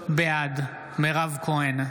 בעד מירב כהן,